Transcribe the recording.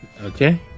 Okay